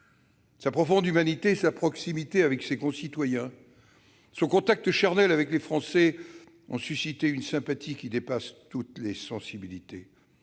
Sa profonde humanité, sa proximité avec ses concitoyens et son contact charnel avec les Français ont suscité une sympathie qui dépasse toutes les sensibilités,